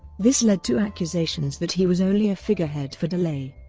this led to accusations that he was only a figurehead for delay.